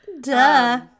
Duh